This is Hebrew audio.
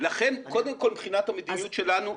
לכן קודם כל מבחינת המדיניות שלנו,